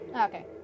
okay